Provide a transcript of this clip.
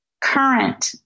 current